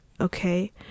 okay